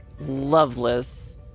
Loveless